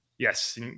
Yes